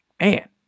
man